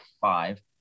five